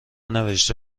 نوشته